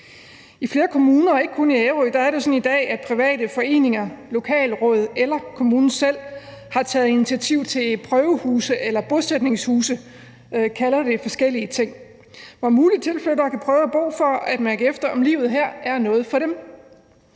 I flere kommuner, ikke kun i Ærø Kommune, er det sådan i dag, at private foreninger, lokalråd eller kommunen selv har taget initiativ til prøvehuse eller bosætningshuse – man kalder det forskellige ting – hvor mulige tilflyttere kan prøve at bo for at mærke efter, om livet her er noget for dem.